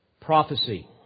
prophecy